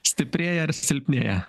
stiprėja ar silpnėja